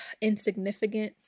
insignificance